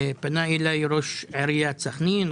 פנו אליי ראש עיריית סכנין,